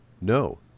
no